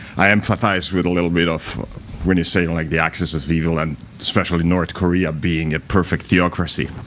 i empathize with a little bit of when you say like the axis of evil and especially north korea being a perfect theocracy,